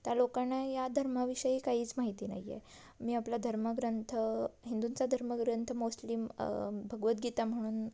त्या लोकांना या धर्माविषयी काहीच माहिती नाही आहे मी आपला धर्म ग्रंथ हिंदूंचा धर्म ग्रंथ मोस्टलीम भगवद्गीता म्हणून